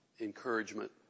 encouragement